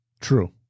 True